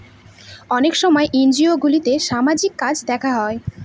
অনেক সব এনজিওগুলোতে সামাজিক কাজ দেখা হয়